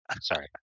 Sorry